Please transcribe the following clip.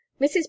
mrs